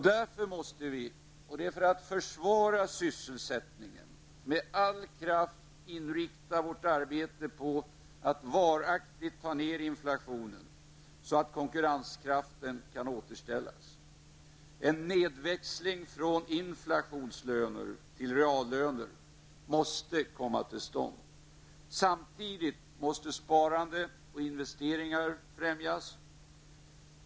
Det är för att försvara sysselsättningen som vi måste med all kraft inrikta vårt arbete på att varaktigt få ner inflationen så att konkurrenskraften kan återställas. Det innebär att en nedväxling från inflationslöner till reallöner måste komma till stånd. Samtidigt måste sparandet och investeringarna främjas.